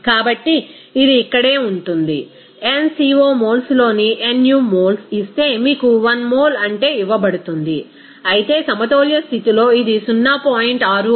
కాబట్టి ఇది ఇక్కడే ఉంటుంది n co మోల్స్ లోని nu మోల్స్ ఇస్తే మీకు 1 మోల్ అంటే ఇవ్వబడుతుంది అయితే సమతౌల్య స్థితిలో ఇది 0